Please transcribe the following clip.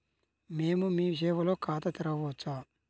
మేము మీ సేవలో ఖాతా తెరవవచ్చా?